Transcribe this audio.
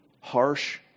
Harsh